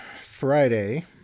Friday